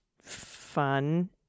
fun